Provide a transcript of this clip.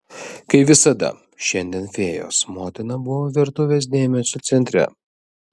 kaip visada šiandien fėjos motina buvo virtuvės dėmesio centre